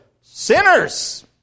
sinners